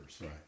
Right